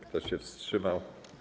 Kto się wstrzymał?